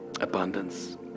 abundance